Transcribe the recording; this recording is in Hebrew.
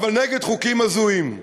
אבל נגד חוקיים הזויים.